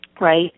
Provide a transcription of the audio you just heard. right